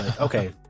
Okay